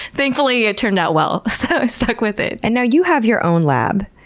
thankfully, it turned out well, so i stuck with it. and now, you have your own lab,